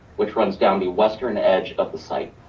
which runs down the western edge of the site.